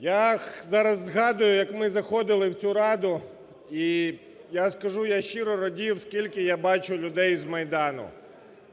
Я зараз згадую як ми заходили в цю Раду і я скажу, щиро радів скільки я бачу людей з Майдану: